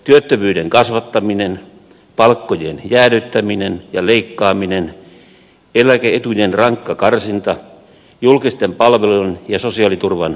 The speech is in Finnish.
työttömyyden kasvattaminen palkkojen jäädyttäminen ja leikkaaminen eläke etujen rankka karsinta julkisten palvelujen ja sosiaaliturvan alasajo